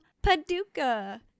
Paducah